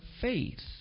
faith